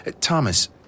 Thomas